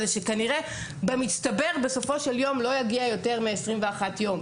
שכנראה במצטבר בסופו של יום לא יגיע יותר מ-21 יום.